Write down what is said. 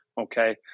Okay